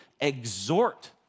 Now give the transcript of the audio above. Exhort